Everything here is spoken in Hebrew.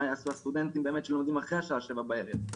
שלא לדבר על סטודנטים שלומדים אחרי שבע בערב,